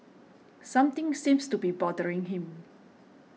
something seems to be bothering him